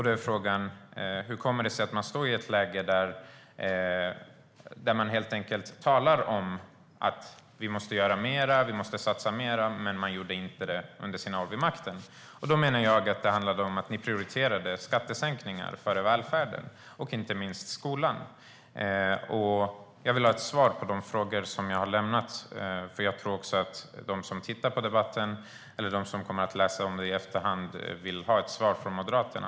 Då är frågan: Hur kommer det sig att man nu talar om att vi måste satsa mer när man inte gjorde det under sina år vid makten? Jag menar att det handlade om att ni prioriterade skattesänkningar före välfärden och skolan. Jag vill ha ett svar på de frågor jag har ställt, för jag tror att de som tittar på debatten eller kommer att läsa den i efterhand vill ha ett svar från Moderaterna.